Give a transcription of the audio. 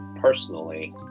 personally